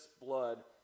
blood